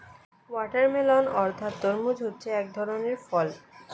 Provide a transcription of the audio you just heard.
watermelon অর্থাৎ তরমুজ হচ্ছে এক ধরনের ফল